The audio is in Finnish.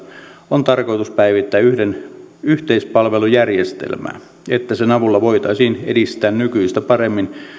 on tarkoitus päivittää yhteispalvelujärjestelmää niin että sen avulla voitaisiin edistää nykyistä paremmin